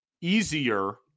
easier